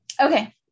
Okay